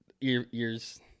Ears